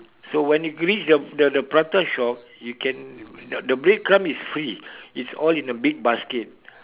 so when you reach the the the prata shop the bread crumb is free it's all in a big basket